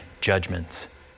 judgments